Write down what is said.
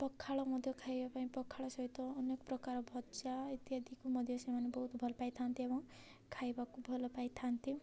ପଖାଳ ମଧ୍ୟ ଖାଇବା ପାଇଁ ପଖାଳ ସହିତ ଅନେକ ପ୍ରକାର ଭଜା ଇତ୍ୟାଦିକୁ ମଧ୍ୟ ସେମାନେ ବହୁତ ଭଲ ପାଇଥାନ୍ତି ଏବଂ ଖାଇବାକୁ ଭଲ ପାଇଥାନ୍ତି